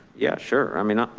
yeah, sure. i mean,